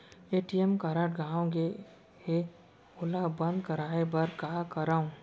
ATM card गंवा गे है ओला बंद कराये बर का करंव?